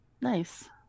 Nice